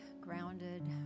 grounded